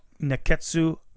Neketsu